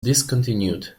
discontinued